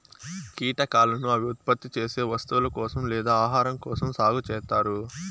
కీటకాలను అవి ఉత్పత్తి చేసే వస్తువుల కోసం లేదా ఆహారం కోసం సాగు చేత్తారు